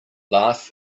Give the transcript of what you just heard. laugh